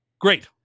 Great